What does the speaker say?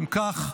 אם כך,